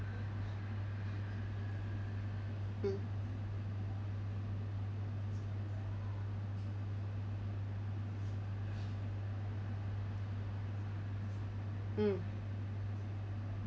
mm mm